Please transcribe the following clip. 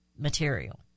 Material